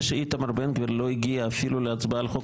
שאיתמר בן גביר לא הגיע אפילו להצבעה על חוק